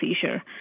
seizure